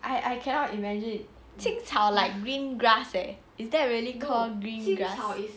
I I cannot imagine it 青草 is green grass leh is there a really call green grass